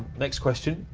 next question,